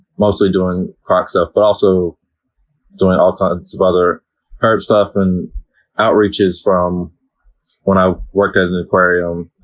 mostly doing croc stuff, but also doing all kinds of other herp stuff and outreaches from when i worked at an aquarium,